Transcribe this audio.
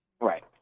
Right